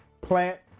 plant